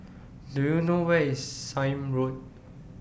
Do YOU know Where IS Sime Road